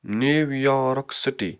New York City